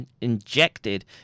injected